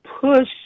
push